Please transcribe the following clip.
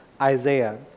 Isaiah